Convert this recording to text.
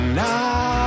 now